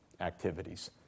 activities